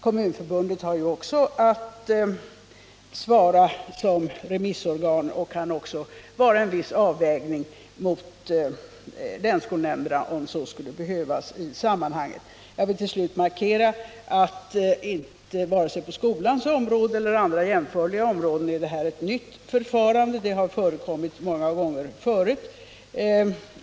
Kommunförbundet har också att svara som remissorgan och kan även göra en viss avvägning mot länsskolnämnderna, om så skulle behövas. Jag vill till slut markera att varken på skolans område eller på andra jämförliga områden är det här ett nytt förfarande — det har tillämpats många gånger förut.